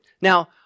Now